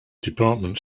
department